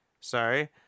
Sorry